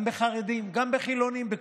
גם בחרדים, גם בחילונים.